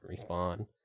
respawn